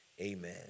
amen